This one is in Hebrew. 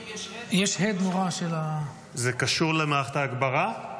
יש הד נורא --- זה קשור למערכת ההגברה?